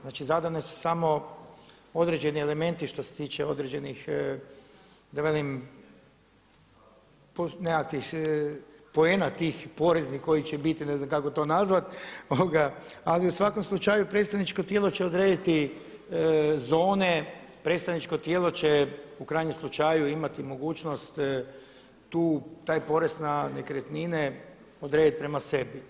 Znači, zadan su samo određeni elementi što se tiče određenih da velim nekakvih poena tih poreznih koji će biti ne znam kako to nazvati ali u svakom slučaju predstavničko tijelo će odrediti zone, predstavničko tijelo će u krajnjem slučaju imati mogućnost tu, taj porez na nekretnine odrediti prema sebi.